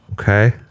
Okay